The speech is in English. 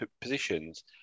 positions